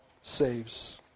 saves